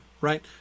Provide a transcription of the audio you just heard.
right